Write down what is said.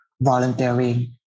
volunteering